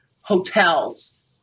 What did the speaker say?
hotels